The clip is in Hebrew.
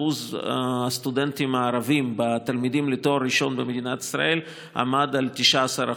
שיעור הסטודנטים הערבים בתלמידים לתואר ראשון במדינת ישראל היה 19%,